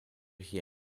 hier